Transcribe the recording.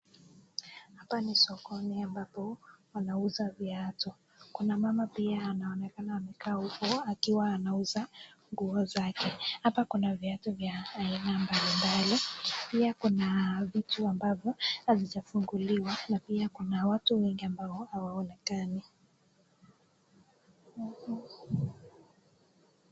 Hapa ni sokoni ambapo wanauza viatu. Kuna mama pia anaonekana amekaa huko akiwa anauza nguo zake. Hapa kuna viatu vya aina mbalimbali. Pia kuna vitu ambavyo hazijafunguliwa na pia kuna watu wengi ambao hawaonekani.